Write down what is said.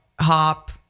hop